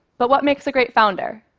but what makes a great founder?